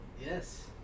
Yes